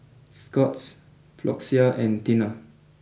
Scott's Floxia and Tena